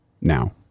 now